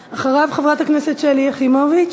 2527, 2537, 2539 ו-2555.